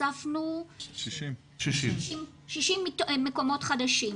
הוספנו 60 מקומות חדשים.